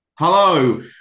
Hello